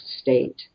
state